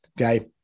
okay